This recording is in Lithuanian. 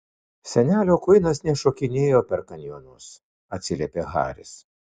senelio kuinas nešokinėjo per kanjonus atsiliepė haris